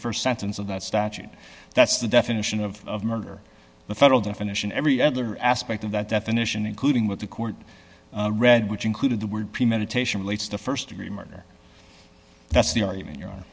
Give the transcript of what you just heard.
st sentence of that statute that's the definition of murder the federal definition every other aspect of that definition including what the court read which included the word premeditation relates to st degree murder that's the argument you